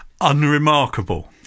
unremarkable